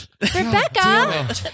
Rebecca